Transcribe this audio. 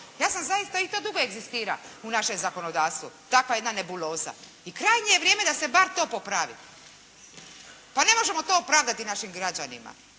Ja sam zaista i to dugo egzistira u našem zakonodavstvu, takva jedna nebuloza i krajnje je vrijeme da se bar to popravi. pa ne možemo to opravdati našim građanima.